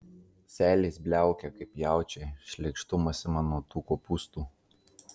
seilės bliaukia kaip jaučiui šleikštumas ima nuo tų kopūstų